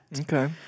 Okay